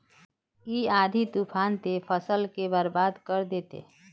इ आँधी तूफान ते फसल के बर्बाद कर देते?